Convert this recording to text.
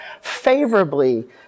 favorably